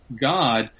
God